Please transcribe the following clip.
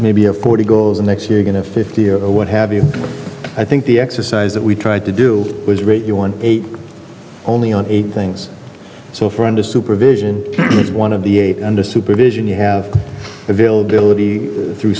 maybe a forty goals next year going to fifty or what have you i think the exercise that we tried to do was rate you one eight only on eight things so for under supervision is one of the eight under supervision you have availability through